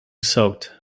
soaked